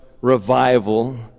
revival